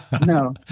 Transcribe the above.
No